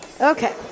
Okay